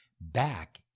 back